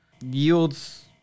yields